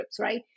right